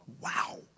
Wow